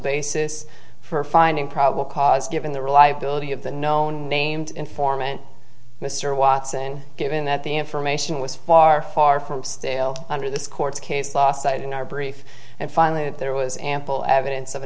basis for finding probable cause given the reliability of the known named informant mr watson given that the information was far far from stale under this court's case law cited in our brief and finally that there was ample evidence of